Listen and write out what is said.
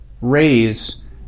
raise